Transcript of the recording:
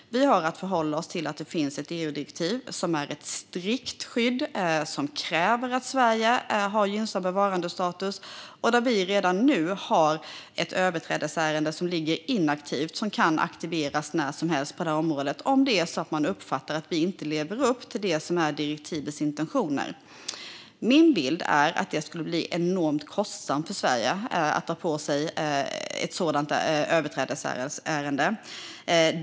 Vi har att förhålla oss till att det finns ett EU-direktiv som innebär ett strikt skydd och som kräver att Sverige har gynnsam bevarandestatus. Där har vi redan nu ett överträdelseärende som ligger inaktivt och som kan aktiveras när som helst om man uppfattar att vi inte lever upp till direktivets intentioner på detta område. Min bild är att det skulle bli enormt kostsamt för Sverige med ett sådant överträdelseärende.